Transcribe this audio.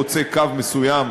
חוצה קו מסוים,